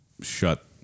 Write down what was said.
shut